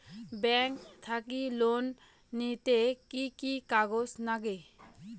Bank থাকি loan নিতে কি কি কাগজ নাগে?